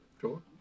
Sure